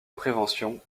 prévention